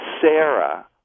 Sarah